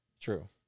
True